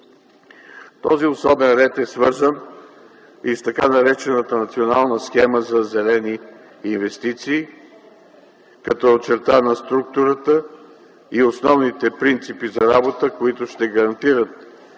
Този особен ред е свързан и с така наречената Национална схема за зелени инвестиции като е очертана структурата и основните принципи за работа, които ще гарантират